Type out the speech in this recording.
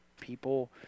people